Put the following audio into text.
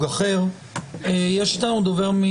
אבל בסופו של דבר,